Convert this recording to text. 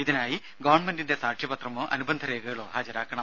ഇതിനായി ഗവൺമെന്റിന്റെ സാക്ഷ്യപത്രമോ അനുബന്ധ രേഖകളോ ഹാജരാക്കണം